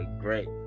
great